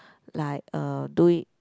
like uh do it